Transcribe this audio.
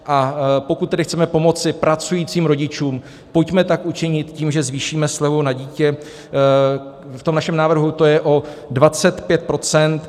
A pokud tedy chceme pomoci pracujícím rodičům, pojďme tak učinit tím, že zvýšíme slevu na dítě, v tom našem návrhu to je o 25 %.